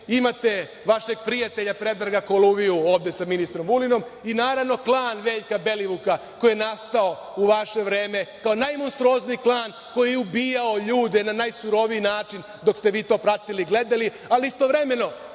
imate vašeg prijatelja Predraga Koluviju ovde sa ministrom Vulinom, i naravno, klan Veljka Belivuka, koji je nastao u vaše vreme kao najmonstruozniji klan koji je ubijao ljude na najsuroviji način dok ste vi to pratili, gledali, ali istovremeno